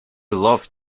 loved